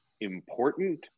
important